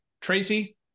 Tracy